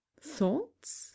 Thoughts